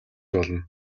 болно